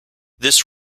this